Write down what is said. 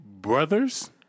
brothers